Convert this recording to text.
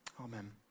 Amen